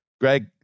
Greg